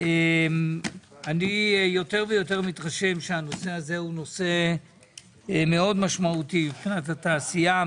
אני יותר ויותר מתרשם שהנושא הוא מאוד משמעותי מבחינת התעשייה,